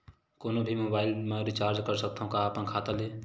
कोनो भी मोबाइल मा रिचार्ज कर सकथव का अपन खाता ले?